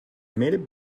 may